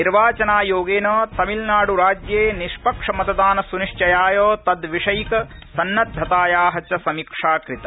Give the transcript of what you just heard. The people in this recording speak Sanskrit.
निर्वाचनायोगेन तमिलनाड़ राज्ये निष्पक्षमतदान सनिश्चयाय तद्विषयिक सन्नद्वताया च समीक्षा कृता